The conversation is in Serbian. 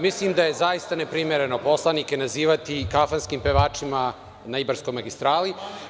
Mislim da je zaista neprimereno poslanike nazivati kafanskim pevačima na Ibarskoj magistrali.